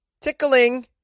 Tickling